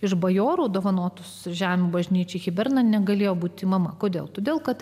iš bajoro dovanotus žemių bažnyčių hiberna negalėjo būti mama kodėl todėl kad